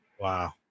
Wow